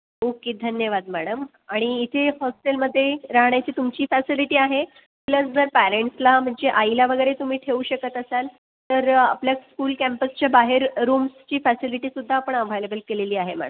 okay धन्यवाद madam आणि इथे हॉस्टेलमध्ये राहण्याची तुमची फॅसिलिटी आहे प्लस जर पॅरेंट्सला म्हणजे आईला वगैरे तुम्ही ठेवू शकत असाल तर आपल्या स्कुल कॅम्पसच्या बाहेर रूम्सची फॅसिलिटीसुद्धा आपण अव्हायलेबल केलेली आहे मॅडम